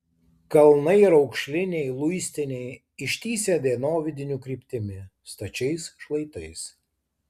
kalnai raukšliniai luistiniai ištįsę dienovidinių kryptimi stačiais šlaitais